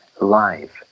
life